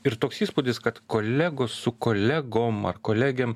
ir toks įspūdis kad kolegos su kolegom ar kolegėm